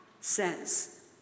says